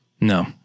No